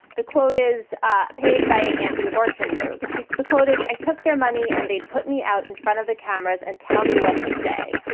the quote is ah paid by anti-abortion groups. the quote is, i took their money and they'd put me out in front of the cameras and tell me what to say.